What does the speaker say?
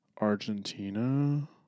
Argentina